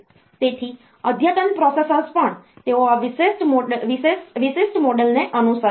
તેથી અદ્યતન પ્રોસેસર્સ પણ તેઓ આ વિશિષ્ટ મોડેલને અનુસરશે